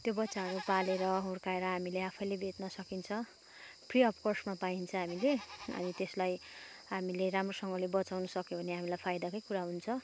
त्यो बच्चाहरू पालेर हुर्काएर हामीले आफैले बेच्न सकिन्छ फ्री अफ् कस्टमा पाइन्छ हामीले अनि त्यसलाई हामीले राम्रोसँगले बचाउनु सक्यौँ भने हामीलाई फाइदाकै कुरा हुन्छ